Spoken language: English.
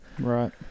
Right